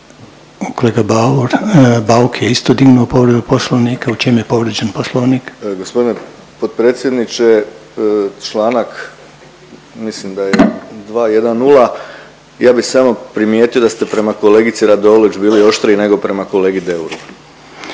Bauk je isto dignuo povredu Poslovnika, u čemu je povrijeđen Poslovnik? **Bauk, Arsen (SDP)** G. potpredsjedniče, čl. mislim da je 210. Ja bih samo primijetio da ste prema kolegici Radolović bili oštriji nego prema kolegi Deuru.